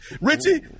Richie